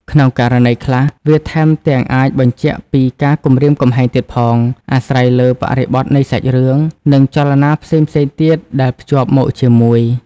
ក្នុងករណីខ្លះ វាថែមទាំងអាចបញ្ជាក់ពីការគំរាមកំហែងទៀតផង អាស្រ័យលើបរិបទនៃសាច់រឿង និងចលនាផ្សេងៗទៀតដែលភ្ជាប់មកជាមួយ។